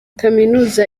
kaminuza